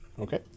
Okay